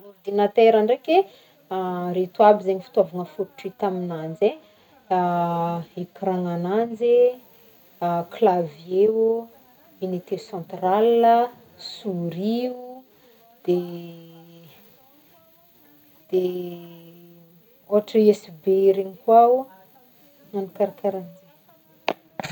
Ordinatera ndreky e reto aby zegny fitaovagna fôtotra hita aminanjy e écran agnanjy e clavier ô, unité centrale a, souris o, de- de ôhatra hoe USB regny koa ô, ny any karakarahanjay